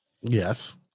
Yes